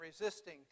resisting